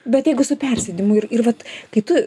bet jeigu su persėdimu ir ir vat kai tu